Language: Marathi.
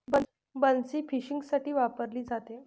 बन्सी फिशिंगसाठी वापरली जाते